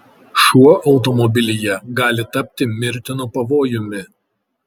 šuo automobilyje gali tapti mirtinu pavojumi